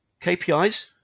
KPIs